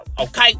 okay